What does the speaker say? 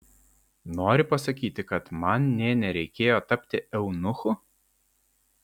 nori pasakyti kad man nė nereikėjo tapti eunuchu